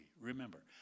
Remember